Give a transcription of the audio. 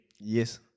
Yes